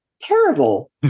terrible